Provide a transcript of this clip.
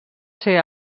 ser